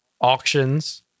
auctions